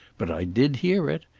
but i did hear it.